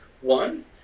one